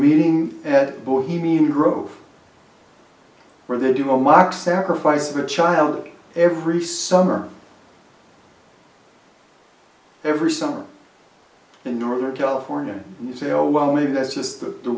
meeting at bohemian grove where they do a mock sacrifice of a child every summer every summer in northern california sale well maybe that's just the